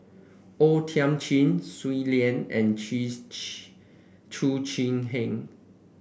O Thiam Chin Shui Lan and Chee Chu Chee Seng